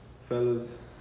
Fellas